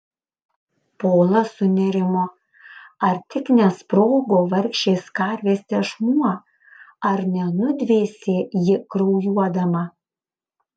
polas sunerimo ar tik nesprogo vargšės karvės tešmuo ar nenudvėsė ji kraujuodama